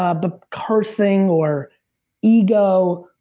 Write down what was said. ah but cursing or ego,